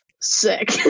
Sick